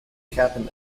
captain